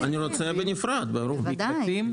אני רוצה בנפרד בוודאי.